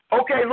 Okay